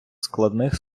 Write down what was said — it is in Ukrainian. складних